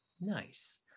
Nice